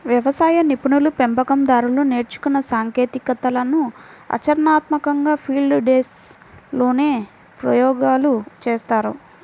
వ్యవసాయ నిపుణులు, పెంపకం దారులు నేర్చుకున్న సాంకేతికతలను ఆచరణాత్మకంగా ఫీల్డ్ డేస్ లోనే ప్రయోగాలు చేస్తారు